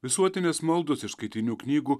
visuotinės maldos iš skaitinių knygų